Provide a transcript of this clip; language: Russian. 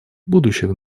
будущих